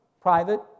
private